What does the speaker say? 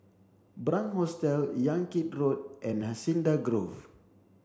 Hostel Yan Kit Road and Hacienda Grove